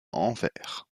anvers